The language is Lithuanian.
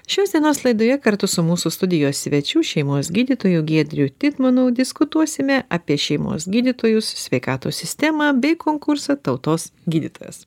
šios dienos laidoje kartu su mūsų studijos svečiu šeimos gydytoju giedriu tytmonu diskutuosime apie šeimos gydytojus sveikatos sistemą bei konkursą tautos gydytojas